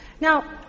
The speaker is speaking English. Now